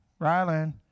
Rylan